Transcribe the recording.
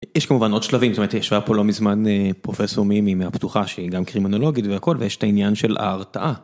יש כמובן עוד שלבים, זאת אומרת ישבה פה לא מזמן פרופסור מימי מהפתוחה שהיא גם קרימינולוגית והכל ויש את העניין של ההרתעה.